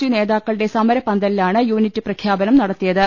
U നേതാ ക്കളുടെ സമരപ്പന്തലിലാണ് യൂണിറ്റ് പ്രഖ്യാപനം നടത്തിയത്